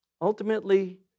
Ultimately